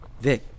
Vic